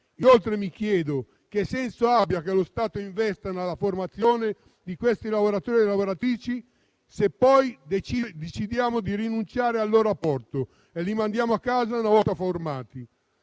inoltre, che senso abbia che lo Stato investa nella formazione di questi lavoratori e lavoratrici se poi decidiamo di rinunciare al loro apporto e li mandiamo a casa una volta formati.